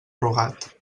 rugat